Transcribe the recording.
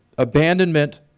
abandonment